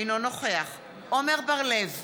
אינו נוכח עמר בר-לב,